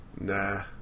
Nah